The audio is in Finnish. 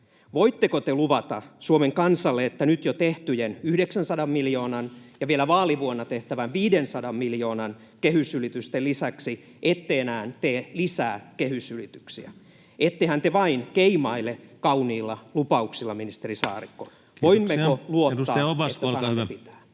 Voitteko te luvata Suomen kansalle, että nyt jo tehtyjen 900 miljoonan ja vielä vaalivuonna tehtävän 500 miljoonan kehysylitysten lisäksi ette enää tee lisää kehysylityksiä? Ettehän te vain keimaile kauniilla lupauksilla, ministeri Saarikko? Voimmeko luottaa, että sananne pitää?